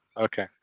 Okay